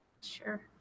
sure